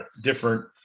different